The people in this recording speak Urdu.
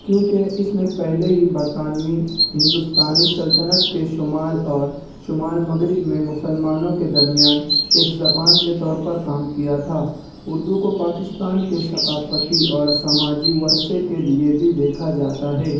کیونکہ اس نے پہلے ہی برطانوی ہندوستانی سلطنت کے شمال اور شمال مغرب میں مسلمانوں کے درمیان ایک زبان کے طور پر کام کیا تھا اردو کو پاکستان کے ثقافتی اور سماجی ورثے کے لئے بھی دیکھا جاتا ہے